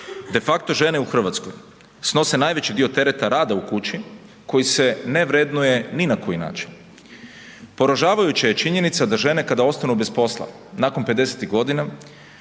De facto žene u Hrvatskoj snose najveći dio tereta rada u kući koji se ne vrednuje ni na koji način. Poražavajuća je činjenica da žene kada ostanu bez posla nakon 50 godina